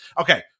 Okay